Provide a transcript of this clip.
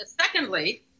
Secondly